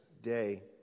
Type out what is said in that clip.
Day